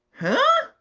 huh?